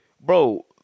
bro